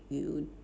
you